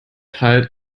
halt